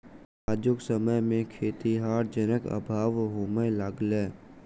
आजुक समय मे खेतीहर जनक अभाव होमय लगलै